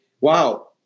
wow